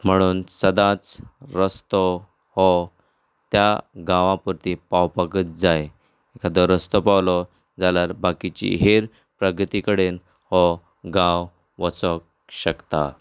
म्हणून सदांच रस्तो हो सदांच त्या गांवा पुरती पावपाकच जाय एकादो रस्तो पावलो जाल्यार बाकीचीं हेंर प्रगती कडेन हो गांव वचूंक शकता